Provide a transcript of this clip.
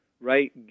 right